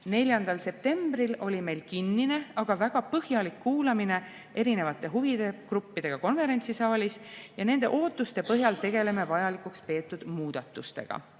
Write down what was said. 4. septembril oli meil kinnine, aga väga põhjalik kuulamine erinevate huvigruppidega konverentsisaalis ja nende ootuste põhjal tegeleme vajalikuks peetud muudatustega.